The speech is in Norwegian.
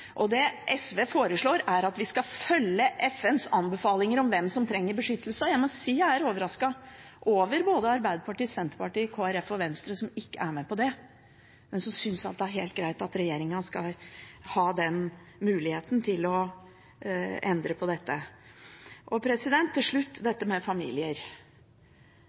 følge. Det SV foreslår, er at vi skal følge FNs anbefalinger om hvem som trenger beskyttelse. Jeg må si jeg er overrasket over både Arbeiderpartiet, Senterpartiet, Kristelig Folkeparti og Venstre, som ikke er med på det, men som synes det er helt greit at regjeringen skal ha muligheten til å endre på dette. Til slutt dette med familier: